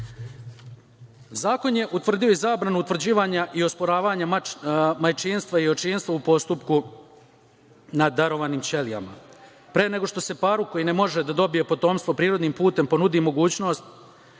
je utvrdio i zabranu utvrđivanja i osporavanja majčinstva i očinstva u postupku na darovanim ćelijama. Pre nego što se paru koji ne može da dobije potomstvo prirodnim putem ponudi mogućnost